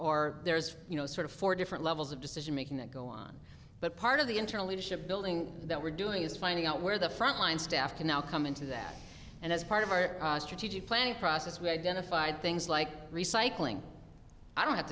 or there's you know sort of four different levels of decision making that go on but part of the internal leadership building that we're doing is finding out where the frontline staff can now come into that and as part of our strategic planning process we identified things like recycling i don't have